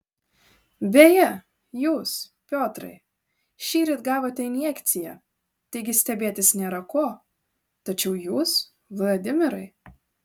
beje jūs piotrai šįryt gavote injekciją taigi stebėtis nėra ko tačiau jūs vladimirai